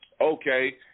okay